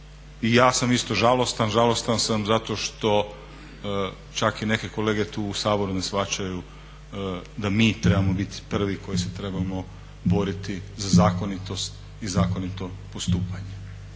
I ja sam isto žalostan, žalostan sam zato što čak i neke kolege tu u Saboru ne shvaćaju da mi trebamo biti prvi koji se trebamo boriti za zakonitost i zakonito postupanje